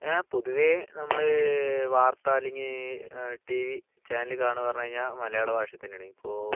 ആ പൊതുവേ നമ്മൾ വാർത്ത അല്ലെങ്കിൽ ടി വി ചാനൽ കാണുകയാണെന്ന് പറഞ്ഞുകഴിഞ്ഞാൽ മലയാള ഭാഷയിൽ തന്നെയാണ് ഇപ്പോൾ